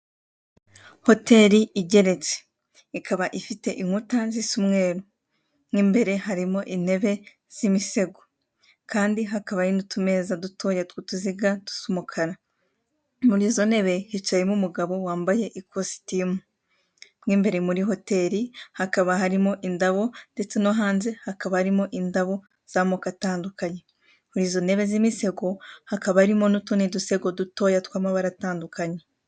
Hoteri igeretse ikaba ifite inkuta zisa umweru mo imbere harimo intebe z'imisego kandi hakaba hari n'utumeza dutoya tw'utuziga tw'umukara, muri izo ntebe hicayemo umugabo wambaye ikositimu, mo imbere muri hoteri hakaba harimo indabo ndetse no hanze hakaba harimo indabo z'amoko atandukanye, muri izo ntebe z'imisego hakaba harimo n'utundi dusego dutoya tw'amabara atandukanye.